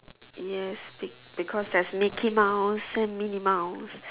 yes be because there is mickey mouse and Minnie mouse